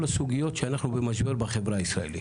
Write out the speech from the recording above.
הסוגיות שאנחנו במשבר בחברה הישראלית.